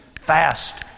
fast